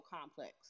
complex